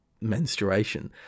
menstruation